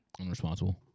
Unresponsible